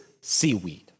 seaweed